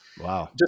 wow